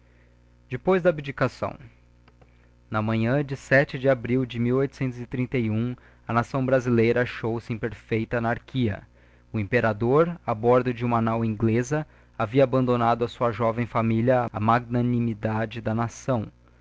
depois dà abdicação na manhã de de abril de a nação brasileira achou-se em perfeita annrehia o imperador a bordo de uma nau ingleza havia abandonado a sua joven familia á magnanimidade da nação